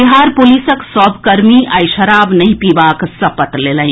बिहार पुलिसक सभ कर्मी आइ शराब नहि पीबाक सपत लेलनि